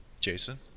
Jason